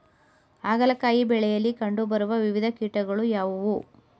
ಹಾಗಲಕಾಯಿ ಬೆಳೆಯಲ್ಲಿ ಕಂಡು ಬರುವ ವಿವಿಧ ಕೀಟಗಳು ಯಾವುವು?